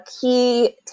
key